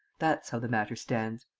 that's how the matter stands.